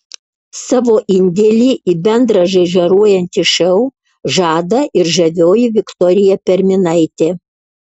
savo indėlį į bendrą žaižaruojantį šou žada ir žavioji viktorija perminaitė